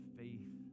faith